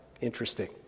Interesting